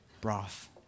Broth